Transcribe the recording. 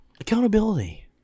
Accountability